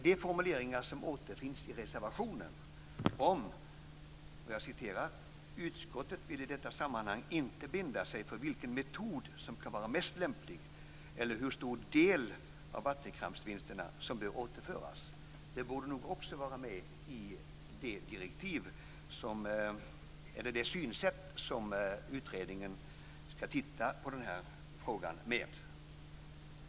Den formulering som återfinns i reservationen är denna: "Utskottet vill i detta sammanhang inte binda sig för vilken metod som kan vara mest lämplig eller hur stor del av vattenkraftsvinsterna som bör återföras." Det borde nog också vara med i det synsätt som utredningen ska titta på den här frågan med.